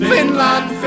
Finland